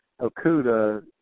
Okuda